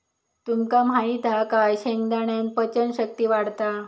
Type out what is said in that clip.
तुमका माहित हा काय शेंगदाण्यान पचन शक्ती वाढता